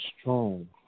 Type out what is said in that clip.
strong